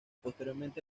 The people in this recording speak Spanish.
posteriormente